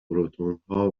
پروتونها